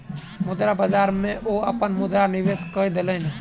मुद्रा बाजार में ओ अपन मुद्रा निवेश कय देलैन